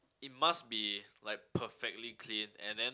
it must be like perfectly clean and then